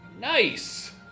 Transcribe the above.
Nice